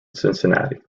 cincinnati